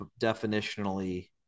definitionally